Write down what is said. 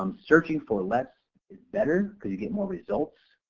um searching for less is better because you get more results.